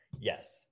Yes